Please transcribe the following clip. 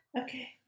Okay